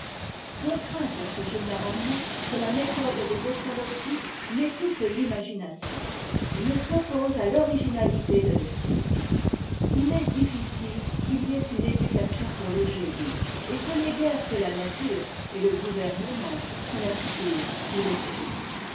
on craint assez généralement que la méthode de pestalozzi n'étouffe t'imagination et ne s'oppose à t'originatité de l'esprit il est difficile qu'il y ait une éducation pour le génie et ce n'est guère que la nature et le gouvernement qui l'inspirent ou